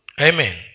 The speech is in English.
Amen